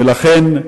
ולכן,